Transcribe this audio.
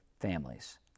families